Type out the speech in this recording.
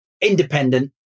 independent